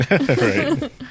Right